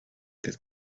that